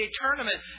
tournament